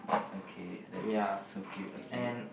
okay that's so cute okay